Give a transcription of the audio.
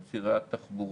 על צירי התחבורה.